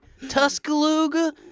Tuscaloosa